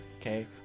Okay